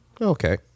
Okay